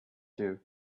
you